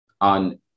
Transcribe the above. on